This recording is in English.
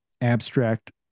abstract